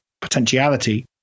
potentiality